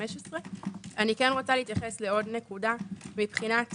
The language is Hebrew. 15. אני רוצה להתייחס לעוד נקודה מבחינת